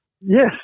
yes